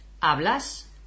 hablas